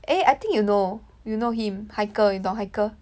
eh I think you know you know him Haikal 你懂 Haikal